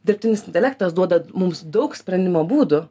dirbtinis intelektas duoda mums daug sprendimo būdų